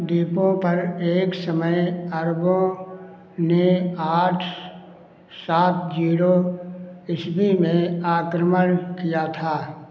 द्वीपों पर एक समय अरबों ने आठ सात जीरो ईस्वी में आक्रमण किया था